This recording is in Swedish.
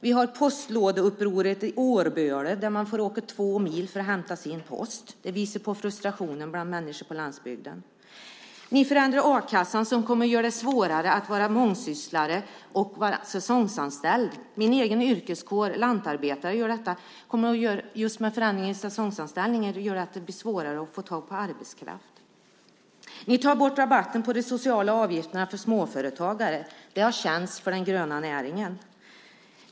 Vi har postlådeupproret i Årböle, där man får åka två mil för att hämta sin post. Det visar på frustrationen bland människor på landsbygden. Ni förändrar a-kassan, vilket kommer att göra det svårare att vara mångsysslare och att vara säsongsanställd. Min egen yrkeskår, lantarbetarna, kommer att drabbas genom att förändringar av säsongsanställningar kommer att göra det svårare för lantbruksföretagare att få tag på arbetskraft. Ni tar bort rabatten på de sociala avgifterna för småföretagare. Det har känts för den gröna näringen.